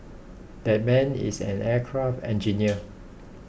that man is an aircraft engineer